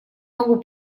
могу